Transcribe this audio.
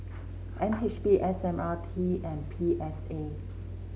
N H B S M R T and P S A